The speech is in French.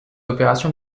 opération